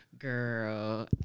Girl